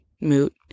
moot